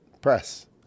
press